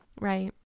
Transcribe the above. Right